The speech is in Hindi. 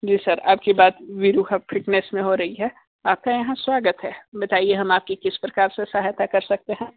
जी सर आपकी बात वीरू हब फिटनेस में हो रही है आपका यहाँ स्वागत है बताइए हम आपकी किस प्रकार से सहायता कर सकते हैं